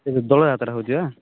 ସେହି ଯେଉଁ ଦୋଳ ଯାତ୍ରା ହେଉଛି ବା